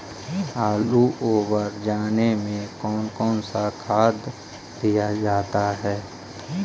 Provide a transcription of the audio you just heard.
आलू ओवर जाने में कौन कौन सा खाद दिया जाता है?